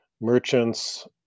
merchants